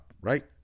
right